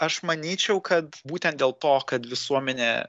aš manyčiau kad būtent dėl to kad visuomenė